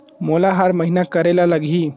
मोला हर महीना करे ल लगही?